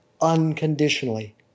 unconditionally